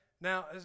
Now